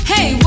Hey